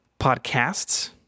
Podcasts